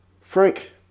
Frank